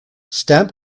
stamp